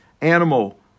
animal